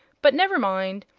but never mind.